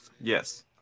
Yes